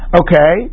okay